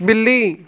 ਬਿੱਲੀ